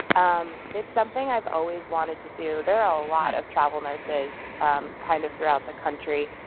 um it's something i've always wanted to do. there are a lot of travel nurses um kind of throughout the country.